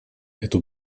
эту